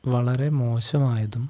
വളരെ മോശമായതും